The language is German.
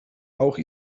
auch